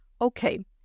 okay